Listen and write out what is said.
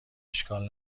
اشکال